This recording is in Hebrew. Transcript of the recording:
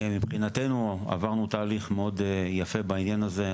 שמבחינתנו עברנו תהליך מאוד יפה בעניין הזה.